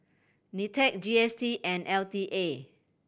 NITEC G S T and L T A